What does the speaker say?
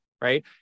right